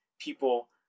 people